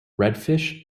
redfish